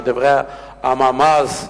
כדברי הממ"ז,